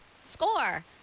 score